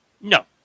No